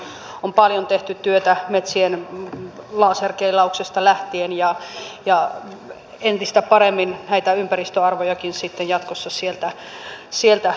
meillähän on paljon tehty työtä metsien laserkeilauksesta lähtien ja entistä paremmin näitä ympäristöarvojakin sitten jatkossa sieltä löytyy